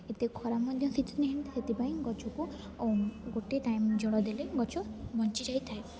ଏତେ ଖରା ମଧ୍ୟ ସେଥିରେ ସେଥିପାଇଁ ଗଛକୁ ଗୋଟେ ଟାଇମ ଜଳ ଦେଲେ ଗଛ ବଞ୍ଚିଯାଇଥାଏ